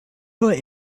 more